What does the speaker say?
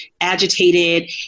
agitated